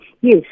yes